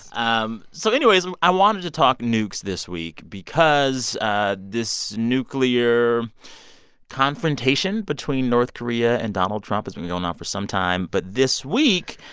um so anyways, i wanted to talk nukes this week because ah this nuclear confrontation between north korea and donald trump has been going on for some time. but this week,